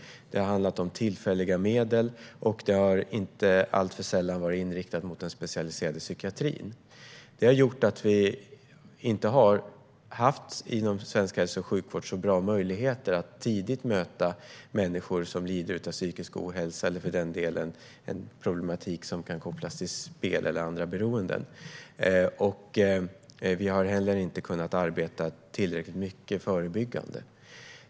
Det har handlat om tillfälliga medel, och inte alltför sällan har det varit inriktat mot den specialiserade psykiatrin. Detta har gjort att vi inom svensk hälso och sjukvård inte har haft så bra möjligheter att tidigt möta människor som lider av psykisk ohälsa eller en problematik som kan kopplas till spel eller andra beroenden. Vi har inte heller kunnat arbeta tillräckligt mycket förebyggande.